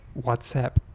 WhatsApp